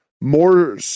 more